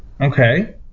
Okay